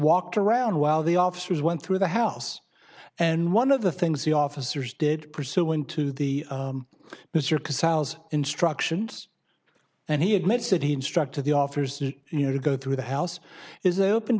walked around while the officers went through the house and one of the things the officers did pursuant to the mr casals instructions and he admits that he instructed the officers you know to go through the house is opened